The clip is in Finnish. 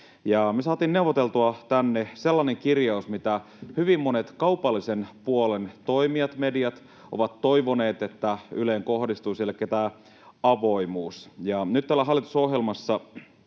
saatiin neuvoteltua tänne sellainen kirjaus, mitä hyvin monet kaupallisen puolen toimijat, mediat, ovat toivoneet, että Yleen kohdistuisi, elikkä tämä avoimuus. Nyt täällä hallitusohjelmassa